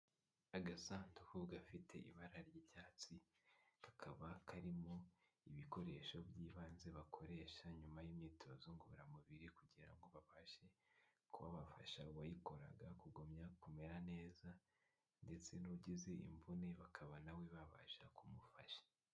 Agasanduku gafite ibara ry'icyatsi kakaba karimo ibikoresho by'ibanze bakoresha nyuma y'imyitozo ngororamubiri, kugira ngo babashe kuba bafasha uwayikoraga kugumya kumera neza ndetse n'ugize imvune bakaba nawe babasha kumufasha.